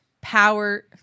power